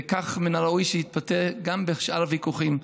וכך מן הראוי שיתבטא גם בשאר הוויכוחים.